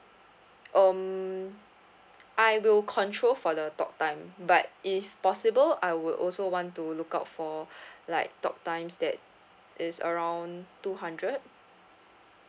um I will control for the talk time but if possible I would also want to look out for like talk times that is around two hundred